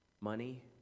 money